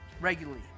regularly